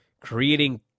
creating